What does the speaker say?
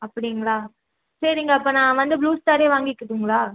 அப்படிங்ளா சரிங்க அப்போ நான் வந்து ப்ளூ ஸ்டாரே வாங்கிக்கிட்டுங்களா